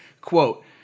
quote